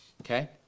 Okay